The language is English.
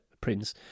prince